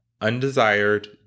undesired